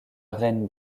reine